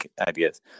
ideas